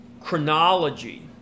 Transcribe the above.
chronology